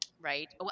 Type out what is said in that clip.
Right